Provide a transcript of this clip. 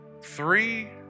Three